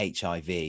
HIV